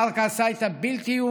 מרק עשה את הבלתי-יאומן: